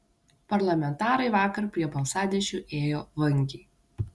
parlamentarai vakar prie balsadėžių ėjo vangiai